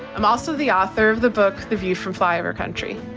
i'm also the author of the book the view from flyover country.